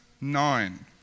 nine